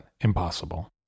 impossible